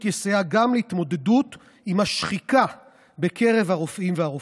יסייע גם להתמודדות עם השחיקה בקרב הרופאים והרופאות.